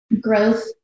growth